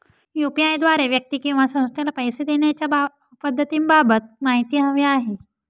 UPI द्वारे व्यक्ती किंवा संस्थेला पैसे देण्याच्या पद्धतींबाबत माहिती हवी आहे